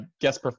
guest